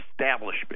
establishment